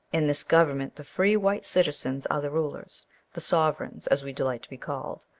in this government, the free white citizens are the rulers the sovereigns, as we delight to be called.